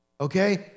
okay